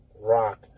rock